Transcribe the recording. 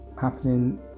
happening